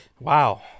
Wow